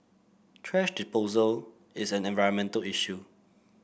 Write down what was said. thrash disposal is an environmental issue